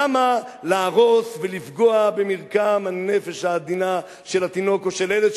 למה להרוס ולפגוע במרקם הנפש העדינה של התינוק או של הילד,